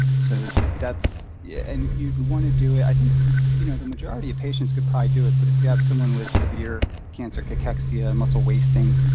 so yeah and you'd want to do it i think you know the majority of patients could probably do it, but if you have someone with severe cancer cachexia, muscle wasting,